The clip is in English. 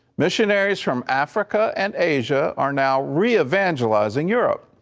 missionaries from africa and asia are now re evangelizing europe.